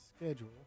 schedule